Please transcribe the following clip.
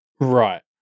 Right